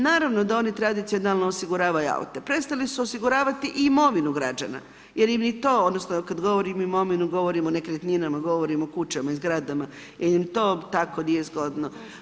Naravno da oni tradicionalno osiguravaju aute, prestali su osiguravati i imovinu građana, jer ni to, odnosno kad govorim imovinu govorim o nekretnina, govorim o kućama i zgradama jer im to tako nije zgodno.